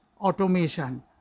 automation